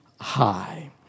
High